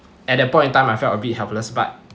at that point in time I felt a bit helpless but